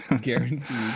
Guaranteed